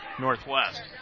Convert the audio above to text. Northwest